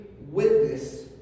witness